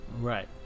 Right